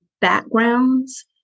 backgrounds